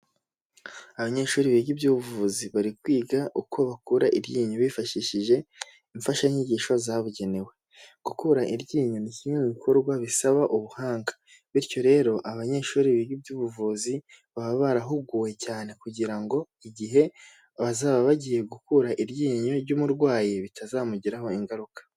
Abanyeshuri biga iby'ubuvuzi, bari kwiga uko bakura iryinyo bifashishije imfashanyigisho zabugenewe. Gukura iryinyo ni kimwe mu bikorwa bisaba ubuhanga bityo rero abanyeshuri biga iby'ubuvuzi, baba barahuguwe cyane kugira ngo igihe bazaba bagiye gukura iryinyo ry'umurwayi bitazamugiraho ingaruka.